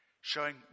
showing